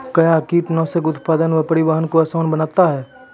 कया कीटनासक उत्पादन व परिवहन को आसान बनता हैं?